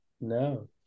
No